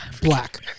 black